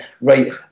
right